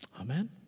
Amen